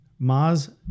Maz